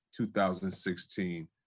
2016